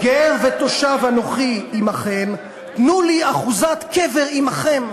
"גר ותושב אנכי עמכם תנו לי אחזת קבר עמכם".